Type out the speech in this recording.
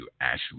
Ashley